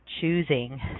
choosing